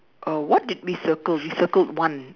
uh what did we circle we circled one